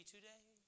today